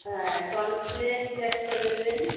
হ্যাঁ কর্নফ্লেক্স একটা দেবেন